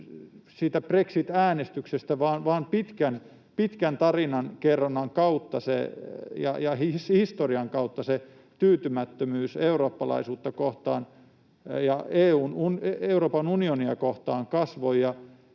brexit-äänestyksestä, vaan pitkän tarinankerronnan kautta ja historian kautta se tyytymättömyys eurooppalaisuutta kohtaan ja Euroopan unionia kohtaan kasvoi.